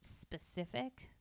specific